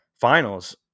finals